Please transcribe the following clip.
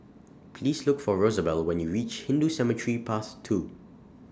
Please Look For Rosabelle when YOU REACH Hindu Cemetery Path two